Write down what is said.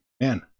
man